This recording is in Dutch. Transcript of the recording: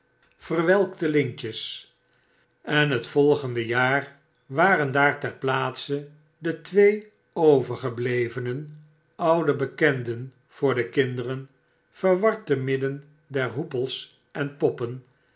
verwelkte lintjes enhetvolgende jaar waren daar ter plaatse de twee overgeblevenen oude bekenden voor de kinderen verward te ridden der hoepels en poppen